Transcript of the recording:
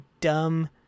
dumb